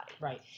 Right